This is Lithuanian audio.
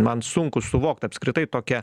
man sunku suvokt apskritai tokią